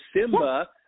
Simba